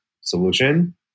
solution